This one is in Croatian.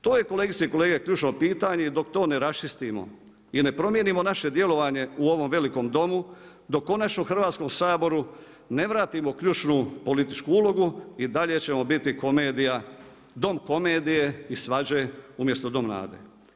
To je kolegice i kolege ključno pitanje i dok to ne raščistimo i ne promijenimo naše djelovanje u ovom velikom Domu, dok konačno Hrvatskom saboru ne vratimo ključnu političku ulogu i dalje ćemo biti dom komedije i svađe umjesto dom nade.